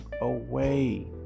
away